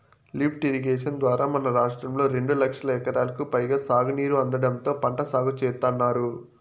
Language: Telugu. లిఫ్ట్ ఇరిగేషన్ ద్వారా మన రాష్ట్రంలో రెండు లక్షల ఎకరాలకు పైగా సాగునీరు అందడంతో పంట సాగు చేత్తున్నారు